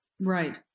Right